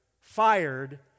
fired